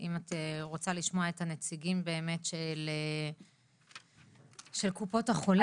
אם את רוצה לשמוע את הנציגים באמת של קופות החולים.